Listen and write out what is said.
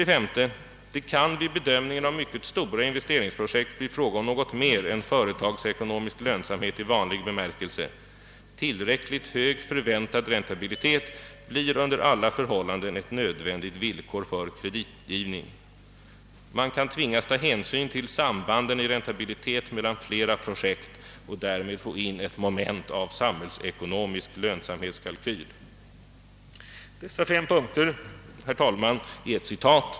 Det faktum att det vid bedömning en av mycket stora investeringsprojekt kan bli fråga om något mer än företagsekonomisk lönsamhet i vanlig bemärkelse; tillräckligt hög förväntad räntabilitet blir under alla förhållanden ett nödvändigt villkor för kreditgivning. Man kan tvingas ta hänsyn till sambanden i räntabilitet mellan flera projekt och därmed få in ett moment av samhällsekonomisk lönsamhetskalkyl. Dessa fem punkter är ett citat.